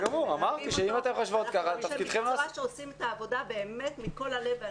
אנחנו עושים את העבודה באמת מכל הלב והנשמה.